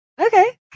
okay